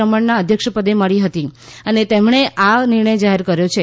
રમણના અધ્યક્ષપદે મળી હતી અને તેમણે આ નિર્ણય જાહેર કર્યો છે